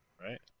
right